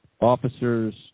officers